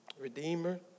Redeemer